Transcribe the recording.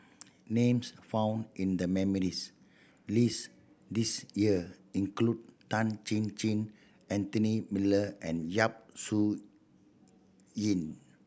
names found in the nominees' list this year include Tan Chin Chin Anthony Miller and Yap Su Yin